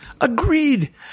Agreed